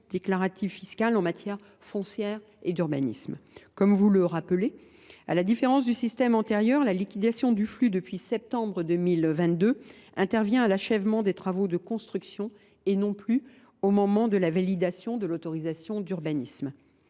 déclaratives fiscales en matière foncière et d’urbanisme. Comme vous le rappelez, à la différence du système antérieur, la liquidation du flux intervient, depuis septembre 2022, à l’achèvement des travaux de construction, et non plus au moment de la validation de l’autorisation d’urbanisme.